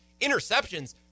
interceptions